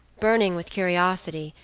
burning with curiosity,